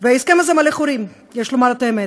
וההסכם הזה מלא חורים, יש לומר את האמת,